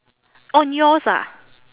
on yours ah